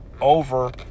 over